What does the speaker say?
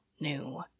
new